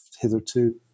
hitherto